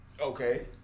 Okay